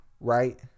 Right